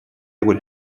would